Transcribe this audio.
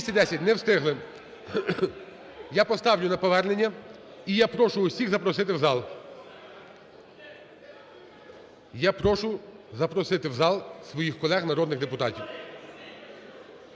Я поставлю на повернення. І я прошу всіх запросити в зал. Я прошу запросити в зал своїх колег народних депутатів.